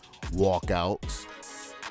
walkouts